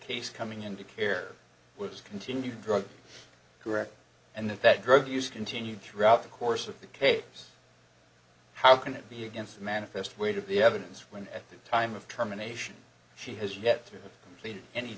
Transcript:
case coming into care was continued drug correct and if that drug use continued throughout the course of the case how can it be against manifest weight of the evidence when at the time of terminations she has yet to